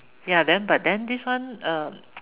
ya then but then this one um